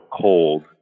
cold